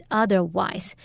otherwise